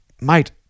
Mate